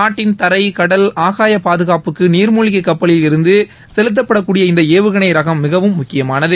நாட்டின் தரை கடல் ஆகாய பாதுகாப்புக்கு நீர்மூழ்கி கப்பலில் இருந்து செலுத்தப்படக்கூடிய இந்த ஏவுகணை ரகம் மிகவும் முக்கியமானது